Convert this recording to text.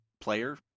player